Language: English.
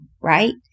right